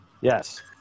Yes